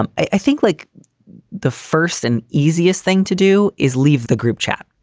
um i think like the first and easiest thing to do is leave the group chat.